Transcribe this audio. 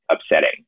upsetting